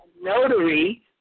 notary